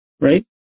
Right